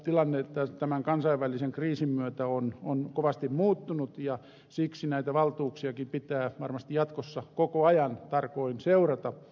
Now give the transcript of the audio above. tilanne tämän kansainvälisen kriisin myötä on kovasti muuttunut ja siksi näitä valtuuksiakin pitää varmasti jatkossa koko ajan tarkoin seurata